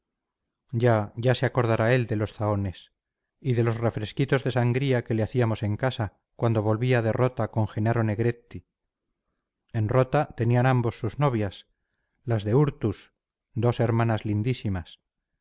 ya ya se acordará él de los zahones y de los refresquitos de sangría que le hacíamos en casa cuando volvía de rota con jenaro negretti en rota tenían ambos sus novias las de urtus dos hermanas lindísimas